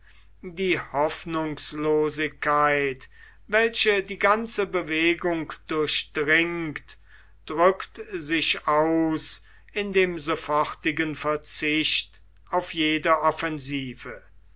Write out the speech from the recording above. die hoffnungslosigkeit welche die ganze bewegung durchdringt drückt sich aus in dem sofortigen verzicht auf jede offensive